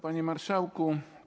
Panie Marszałku!